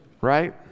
right